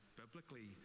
biblically